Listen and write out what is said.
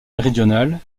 méridionale